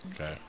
Okay